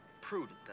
prudent